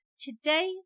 Today